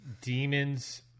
Demons